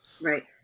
Right